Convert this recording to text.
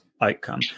outcome